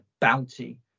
bounty